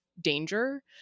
danger